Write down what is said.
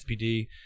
SPD